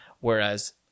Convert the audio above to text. Whereas